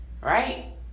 Right